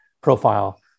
profile